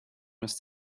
must